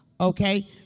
Okay